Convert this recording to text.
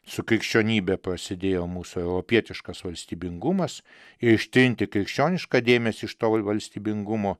su krikščionybe prasidėjo mūsų europietiškas valstybingumas ir ištrinti krikščionišką dėmesį iš to va valstybingumo